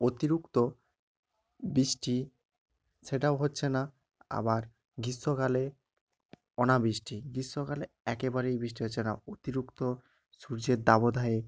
অতিরিক্ত বৃষ্টি সেটাও হচ্ছে না আবার গীষ্মকালে অনাবৃষ্টি গীষ্মকালে একেবারেই বৃষ্টি হচ্ছে না অতিরিক্ত সূর্যের দাবদাহে